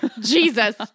Jesus